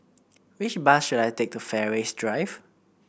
which bus should I take to Fairways Drive